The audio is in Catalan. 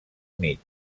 mig